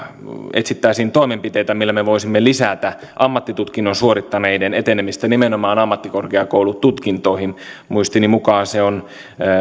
etsittäisiin toimenpiteitä millä me voisimme lisätä ammattitutkinnon suorittaneiden etenemistä nimenomaan ammattikorkeakoulututkintoihin muistini mukaan